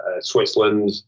Switzerland